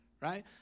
right